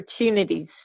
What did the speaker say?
opportunities